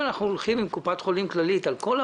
שהם ויתרו על הנושא הזה וזה שהם רוצים